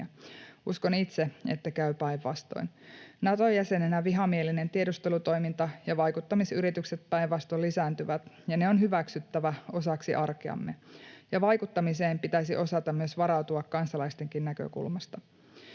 Uskon itse, että käy päinvastoin. Nato-jäsenenä vihamielinen tiedustelutoiminta ja vaikuttamisyritykset päinvastoin lisääntyvät ja ne on hyväksyttävä osaksi arkeamme, ja vaikuttamiseen pitäisi osata myös varautua kansalaistenkin näkökulmasta.